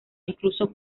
incluso